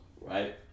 Right